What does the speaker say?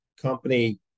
company